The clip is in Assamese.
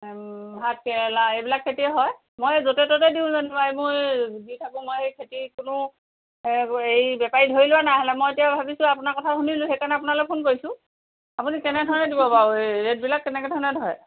ভাতকেৰেলা এইবিলাক খেতিয়ে হয় মই য'তে ত'তে দিওঁ যেনিবা মোৰ এই দি থাকোঁ মই এই খেতি কোনো বেপাৰী ধৰি লোৱা নাই হ'লে মই এতিয়া ভাবিছোঁ আপোনাৰ কথা শুনিলোঁ সেইকাণে আপোনালৈ ফোন কৰিছোঁ আপুনি কেনেধৰণে দিব বাৰু এই ৰেটবিলাক কেনেধৰণে ধৰে